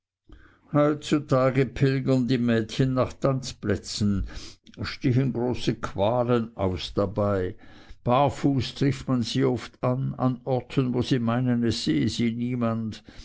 heutzutage pilgern die mädchen nach tanzplätzen stehen große qualen aus dabei barfuß trifft man sie oft an an orten wo sie meinen es sehe sie niemand